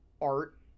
art